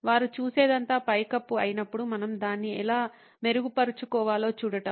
వారు చూసేదంతా పైకప్పు అయినప్పుడు మనం దాన్ని ఎలా మెరుగుపరుచుకోవాలో చూడటం